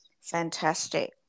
Fantastic